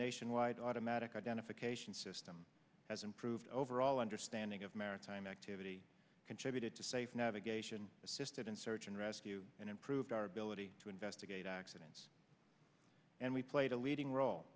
nationwide automatic identification system has improved overall understanding of maritime activity contributed to safe navigation assisted in search and rescue and improved our ability to investigate accidents and we played a leading role